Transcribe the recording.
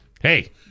hey